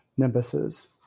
nimbuses